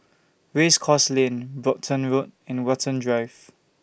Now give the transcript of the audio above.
Race Course Lane Brompton Road and Watten Drive